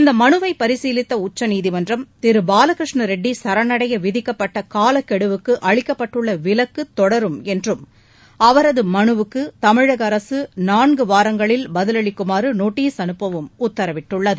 இந்தமனுவைபரிசீலித்தஉச்சநீதிமன்றம் திருபாலகிருஷ்ண ரெட்டி சரணடையவிதிக்கப்பட்டகாலக்கெடுவுக்குஅளிக்கப்பட்டுள்ளவிலக்குதொடரும் என்றம் அவரதுமனுவுக்குதமிழகஅரசுநான்குவாரங்களில் பதிலளிக்குமாறுநோட்டீஸ் அனுப்பவும் உத்தரவிட்டுள்ளது